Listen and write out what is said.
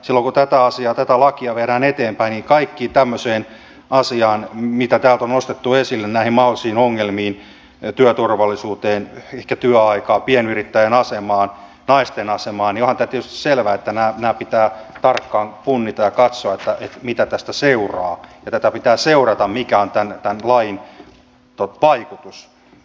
silloin kun tätä lakia viedään eteenpäin niin kaikki tämmöiset asiat mitä täältä on nostettu esille nämä mahdolliset ongelmat työturvallisuus ehkä työaika pienyrittäjän asema naisten asema niin onhan tämä tietysti selvää että nämä pitää tarkkaan punnita ja katsoa mitä tästä seuraa ja tätä pitää seurata mikä on tämän lain vaikutus